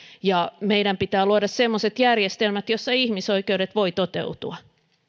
ja meidän pitää luoda semmoiset järjestelmät joissa ihmisoikeudet voivat toteutua